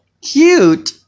Cute